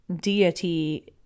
deity